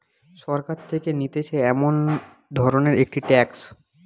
সরকার থেকে নিতেছে এমন ধরণের একটি ট্যাক্স